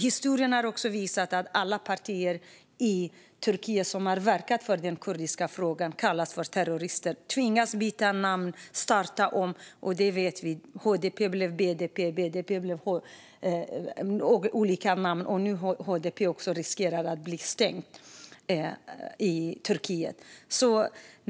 Historien har visat att alla partier i Turkiet som har verkat för den kurdiska frågan har kallats terrorister. De har tvingats byta namn och starta om. Vi vet att BDP blev HDP. Det är många olika namn. Nu riskerar HDP att bli upplöst i Turkiet.